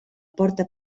porta